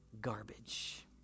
Garbage